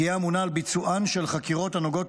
תהיה אמונה על ביצוען של חקירות הנוגעות